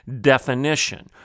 definition